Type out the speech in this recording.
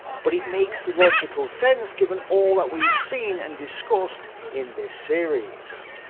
but it makes logical sense given all that we've seen and discussed in this series.